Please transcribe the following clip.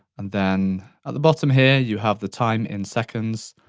and then, at the bottom here, you have the time in seconds,